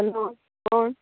hello कोण